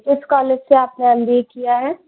किस कॉलेज से आपने एम बी ए किया है